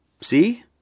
See